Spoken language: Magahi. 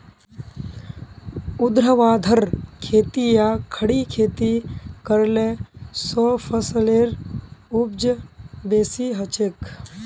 ऊर्ध्वाधर खेती या खड़ी खेती करले स फसलेर उपज बेसी हछेक